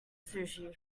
sushi